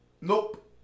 nope